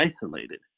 isolated